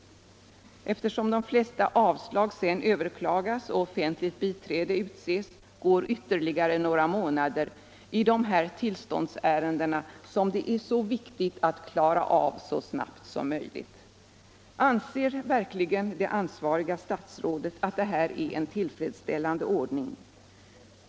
Och eftersom de flesta avslag redan överklagas och offentligt biträde utses går ytterligare några månader vid behandlingen av dessa tillståndsärenden, som det är så viktigt att få avklarade så snabbt som möjligt. Anser verkligen det ansvariga statsrådet att detta är en tillfredsställande ordning?